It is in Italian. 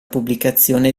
pubblicazione